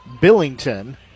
Billington